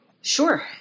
Sure